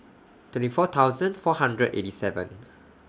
twenty four thousand four hundred eighty seven